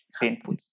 painful